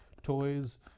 toys